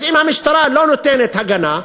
אז אם המשטרה לא נותנת הגנה,